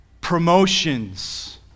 promotions